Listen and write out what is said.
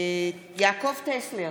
יעקב טסלר,